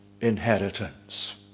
inheritance